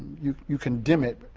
you you can dim it,